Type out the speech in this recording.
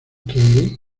qué